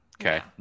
Okay